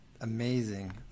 amazing